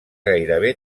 gairebé